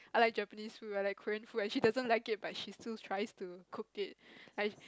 I like Japanese food I like Korean food and she doesn't like it but she still tries to cook it I